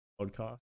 podcast